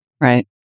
Right